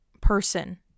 person